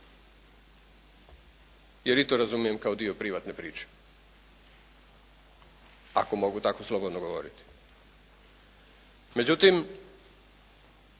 jer i to razumijem kao dio privatne priče, ako mogu tako slobodno govoriti. Međutim,